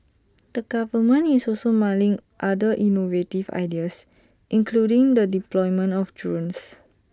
the government is also mulling other innovative ideas including the deployment of drones